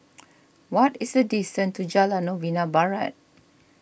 what is the distance to Jalan Novena Barat